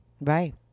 Right